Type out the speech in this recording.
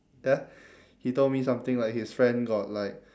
ya he told me something like his friend got like